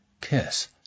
kiss